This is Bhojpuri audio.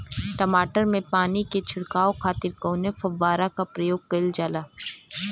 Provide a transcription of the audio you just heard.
टमाटर में पानी के छिड़काव खातिर कवने फव्वारा का प्रयोग कईल जाला?